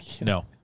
No